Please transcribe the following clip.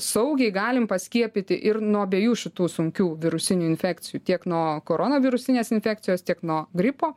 saugiai galim paskiepyti ir nuo abiejų šitų sunkių virusinių infekcijų tiek nuo koronavirusinės infekcijos tiek nuo gripo